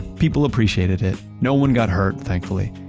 people appreciated it. no one got hurt, thankfully.